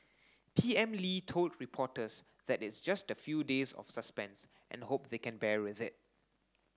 P M Lee told reporters that it's just a few days of suspense and hope they can bear with it